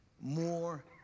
more